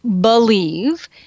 believe